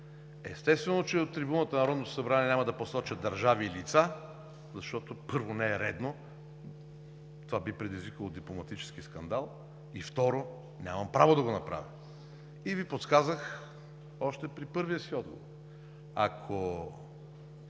събрание няма до посоча държави и лица, защото, първо, не е редно – това би предизвикало дипломатически скандал, и, второ, нямам право да го направя. И Ви подсказах още при първия си отговор